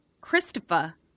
Christopher